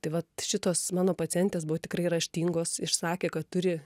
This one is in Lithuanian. tai vat šitos mano pacientės buvo tikrai raštingos išsakė kad turi